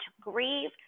grieve